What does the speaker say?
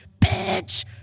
bitch